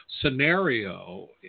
scenario